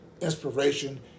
inspiration